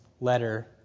letter